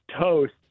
toast